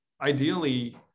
ideally